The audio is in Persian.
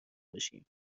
باشیم